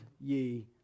ye